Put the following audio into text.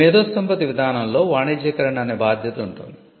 ఈ మేధోసంపత్తి విధానంలో వాణిజ్యీకరణ అనే బాధ్యత ఉంటుంది